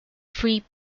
free